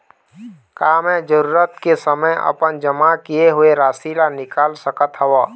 का मैं जरूरत के समय अपन जमा किए हुए राशि ला निकाल सकत हव?